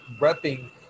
repping